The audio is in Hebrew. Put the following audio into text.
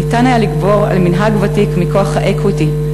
היה אפשר לגבור על מנהג ותיק מכוח ה-equity,